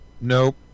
nope